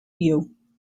you